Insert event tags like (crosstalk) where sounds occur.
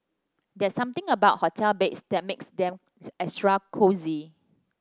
there's something about hotel beds that makes them (unintelligible) extra cosy